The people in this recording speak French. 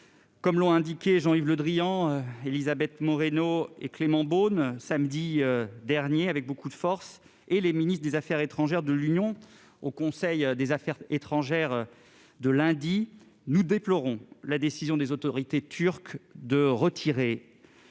comme l'ont indiqué Jean-Yves Le Drian, Elisabeth Moreno et Clément Beaune samedi dernier, avec beaucoup de force, ainsi que les ministres des affaires étrangères de l'Union européennne lors du Conseil des affaires étrangères de lundi dernier, nous déplorons la décision des autorités turques de se retirer